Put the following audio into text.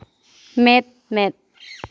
ᱢᱮᱫᱼᱢᱮᱫ